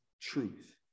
truth